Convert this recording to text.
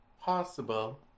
Possible